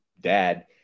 dad